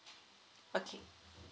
okay